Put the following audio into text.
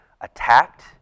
attacked